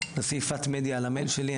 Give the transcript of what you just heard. תעשי "פאט מדיה" מדיה על המייל שלי,